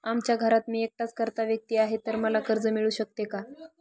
आमच्या घरात मी एकटाच कर्ता व्यक्ती आहे, तर मला कर्ज मिळू शकते का?